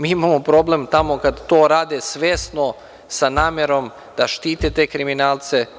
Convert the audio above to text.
Mi imamo problem tamo kad to rade svesno, sa namerom da štite te kriminalce.